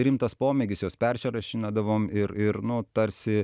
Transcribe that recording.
rimtas pomėgis juos persirašinėdavom ir ir nu tarsi